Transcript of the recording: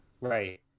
Right